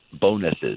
bonuses